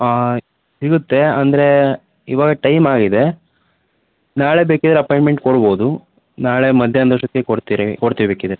ಹಾಂ ಸಿಗುತ್ತೆ ಅಂದರೆ ಇವಾಗ ಟೈಮ್ ಆಗಿದೆ ನಾಳೆ ಬೇಕಿದ್ದರೆ ಅಪಾಯಿಂಟ್ಮೆಂಟ್ ಕೊಡ್ಬೋದು ನಾಳೆ ಮಧ್ಯಾಹ್ನದಷ್ಟೊತ್ತಿಗೆ ಕೊಡ್ತೀರಿ ಕೊಡ್ತೀವಿ ಬೇಕಿದ್ದರೆ